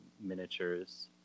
miniatures